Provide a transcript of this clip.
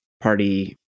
party